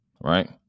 right